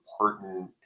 important